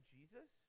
Jesus